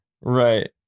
Right